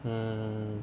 hmm